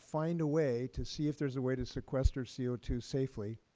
find a way to see if there is a way to sequester c o two safely.